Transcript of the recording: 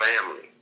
family